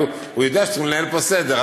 אבל הוא יודע שצריכים לנהל פה סדר.